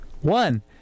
One